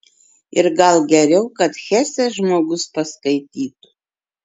ir gal geriau kad hesę žmogus paskaitytų